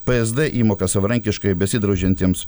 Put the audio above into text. psd įmoka savarankiškai besidraudžiantiems